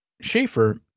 Schaefer